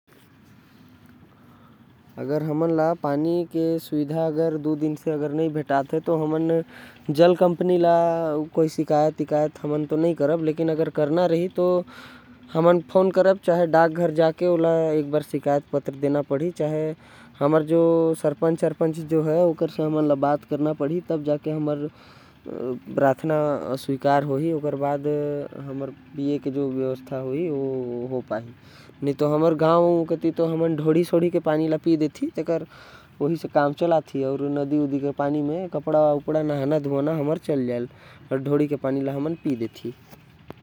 अगर हमन ला दो दिन के पानी सुविधा नहीं भेटाये तो। हमन जल कम्पनी ला तो शिकयत नहीं करब अगर करना। होही तो फ़ोन करब नहीं तो डाकघर जा कर शिकायत पत्र। लिखब सरपंच ले शिकायत करब दू दिन में हमन ला कुछ नहीं होही। हमन नदी के पानी में कपड़ा धो लेथी अउ ढोड़ी के पानी पी लेथी।